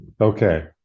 Okay